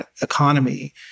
economy